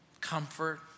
comfort